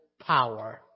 power